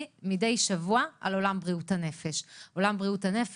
מדי שבוע על עולם בריאות הנפש שהבנו